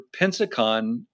Pensacon